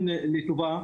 בבקשה.